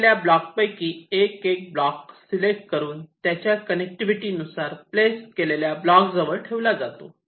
राहिलेल्या ब्लॉक पैकी एक एक ब्लॉक सिलेक्ट करून त्यांच्या कनेक्टिव्हिटी नुसार प्लेस केलेल्या ब्लॉक जवळ ठेवला जातो